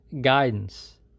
guidance